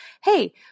hey